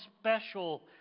special